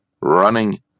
running